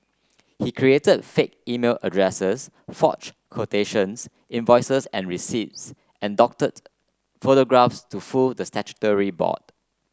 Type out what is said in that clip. he created fake email addresses forge quotations invoices and receipts and doctored photographs to fool the statutory board